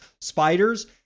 Spiders